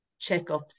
checkups